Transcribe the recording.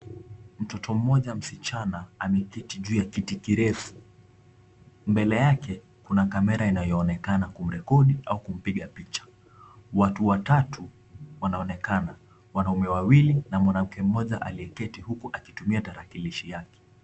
Mtoto mmoja msichana ameketi juu ya kiti kirefu. Mbele yake kuna kamera inayoonekana kumrekodi au kumpiga picha. Watu watatu wanaonekana; wanaume wawili na mwanamke mmoja aliyeketi huku akitumia tarakilishi yake.